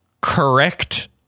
correct